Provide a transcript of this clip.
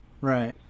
Right